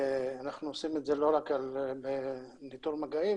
אנחנו עושים את זה לא רק לאיתור מגעים,